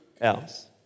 else